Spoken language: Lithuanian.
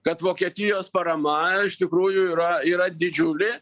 kad vokietijos parama iš tikrųjų yra yra didžiulė